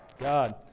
God